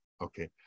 Okay